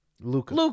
Luca